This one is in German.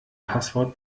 passwort